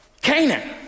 Canaan